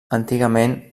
antigament